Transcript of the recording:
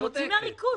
זה מוציא מהריכוז.